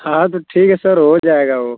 हाँ तो ठीक है सर हो जायेगा वो